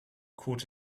caught